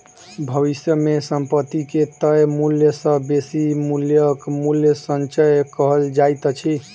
भविष्य मे संपत्ति के तय मूल्य सॅ बेसी मूल्यक मूल्य संचय कहल जाइत अछि